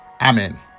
amen